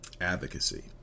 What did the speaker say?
advocacy